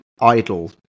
idle